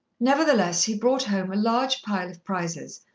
nevertheless, he brought home a large pile of prizes,